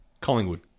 Collingwood